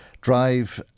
drive